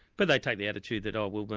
but they take the attitude that oh well,